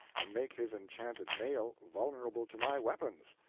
and make his enchanted mail vulnerable to my weapons?